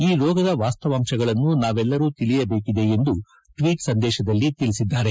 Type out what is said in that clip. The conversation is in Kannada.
ಈ ರೋಗದ ವಾಸ್ತಾವಂಶಗಳನ್ನು ನಾವೆಲ್ಲರೂ ತಿಳಿಯಬೇಕಿದೆ ಎಂದು ಟ್ನೀಟ್ ಸಂದೇಶದಲ್ಲಿ ತಿಳಿಸಿದ್ದಾರೆ